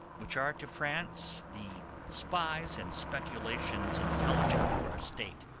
which are to france the spies and speculations intelligent of our state